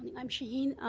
yeah i'm shaheen,